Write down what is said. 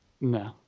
no